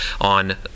on